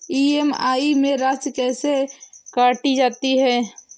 EMI में राशि कैसे काटी जाती है?